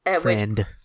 Friend